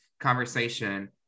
conversation